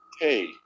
hey